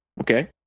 okay